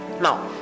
Now